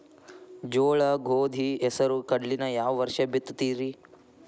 ಜೋಳ, ಗೋಧಿ, ಹೆಸರು, ಕಡ್ಲಿನ ಯಾವ ವರ್ಷ ಬಿತ್ತತಿರಿ?